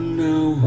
now